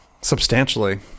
substantially